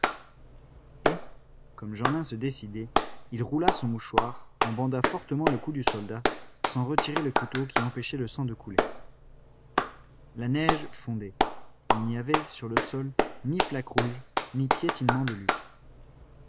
comme jeanlin se décidait il roula son mouchoir en banda fortement le cou du soldat sans retirer le couteau qui empêchait le sang de couler la neige fondait il n'y avait sur le sol ni flaque rouge ni piétinement de lutte